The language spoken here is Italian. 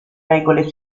regole